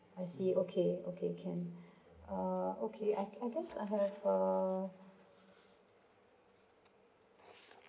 I see okay okay can uh okay I I guess I have err